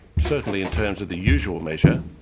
certainly in terms of the usual measure,